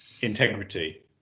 integrity